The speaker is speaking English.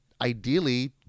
Ideally